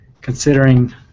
Considering